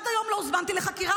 עד היום לא הוזמנתי לחקירה,